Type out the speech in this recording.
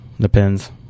Depends